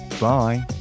bye